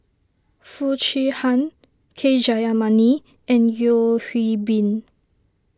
Foo Chee Han K Jayamani and Yeo Hwee Bin